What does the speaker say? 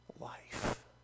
life